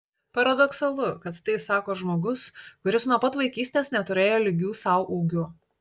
paradoksalu kad tai sako žmogus kuris nuo pat vaikystės neturėjo lygių sau ūgiu